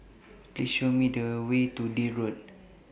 Please Show Me The Way to Deal Road